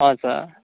हजुर